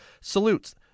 Salutes